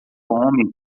homem